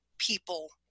people